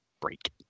break